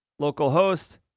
localhost